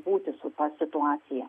būti su ta situacija